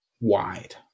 wide